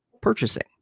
purchasing